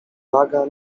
naga